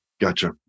Gotcha